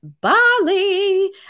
Bali